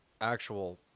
actual